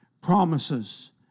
promises